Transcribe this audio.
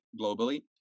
globally